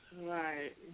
Right